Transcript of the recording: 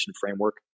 framework